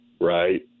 right